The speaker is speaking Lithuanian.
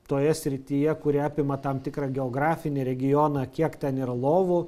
toje srityje kuri apima tam tikrą geografinį regioną kiek ten yra lovų